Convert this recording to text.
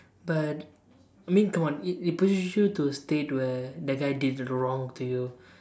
but I mean come on it it pushes you to a state where that guy did wrong to you